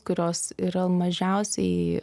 kurios yra mažiausiai